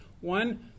One